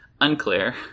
Unclear